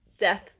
death